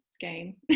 game